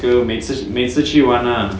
每次每次去玩 lah